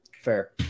Fair